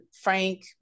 Frank